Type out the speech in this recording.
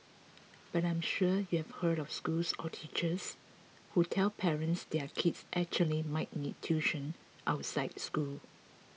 but I'm sure you've heard of schools or teachers who tell parents their kids actually might need tuition outside school